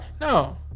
no